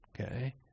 Okay